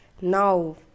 now